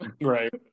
Right